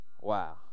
Wow